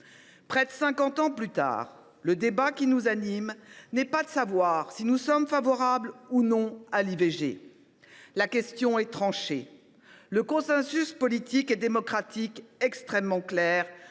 Près de cinquante ans plus tard, le débat qui nous anime n’est pas de savoir si nous sommes favorables ou non à l’IVG : la question est tranchée. Le consensus politique et démocratique est extrêmement clair